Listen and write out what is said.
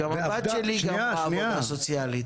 גם הבת שלי למדה עבודה סוציאלית.